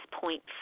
point